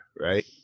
right